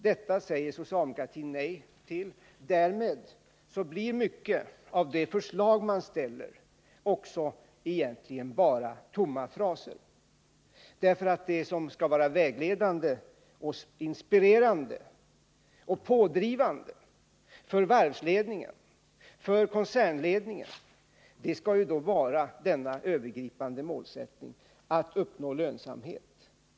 Detta säger socialdemokratin emellertid nej till och därmed blir mycket av de förslag som man framställer egentligen bara tomma fraser. Det som skulle vara vägledande och inspirerande och pådrivande för varvsledningen och för koncernledningen är ju denna övergripande målsättning, att uppnå lönsamhet.